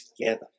together